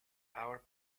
our